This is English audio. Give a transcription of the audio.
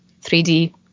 3D